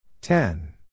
Ten